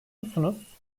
musunuz